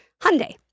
Hyundai